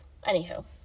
Anywho